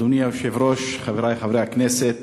אדוני היושב-ראש, חברי חברי הכנסת,